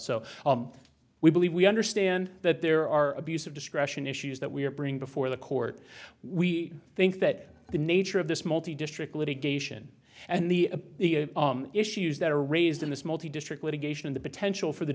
so we believe we understand that there are abuse of discretion issues that we are bring before the court we think that the nature of this multi district litigation and the issues that are raised in this multi district litigation the potential for the